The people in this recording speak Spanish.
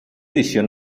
edición